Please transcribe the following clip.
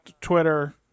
Twitter